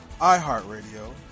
iHeartRadio